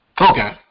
Okay